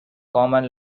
common